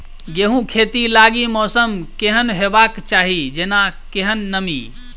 गेंहूँ खेती लागि मौसम केहन हेबाक चाहि जेना केहन नमी?